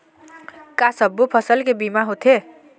का सब्बो फसल के बीमा होथे?